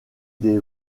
des